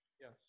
Yes